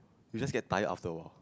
you just get tired after awhile